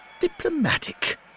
diplomatic